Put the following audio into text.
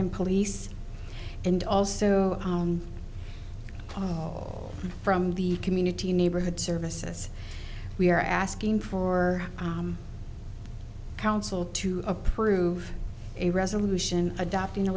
and police and also from the community neighborhood services we are asking for council to approve a resolution adopting a